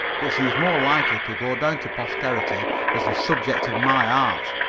but she is more likely to go down to posterity as the subject of my art.